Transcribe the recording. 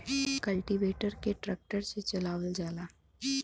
cultivator के tractor से चलावल जाला